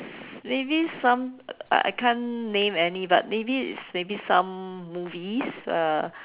maybe some uh I can't name any but maybe it's maybe some movies uh